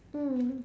mm